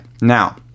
now